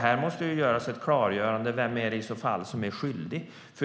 Här måste det ske ett klargörande av vem som är skyldig.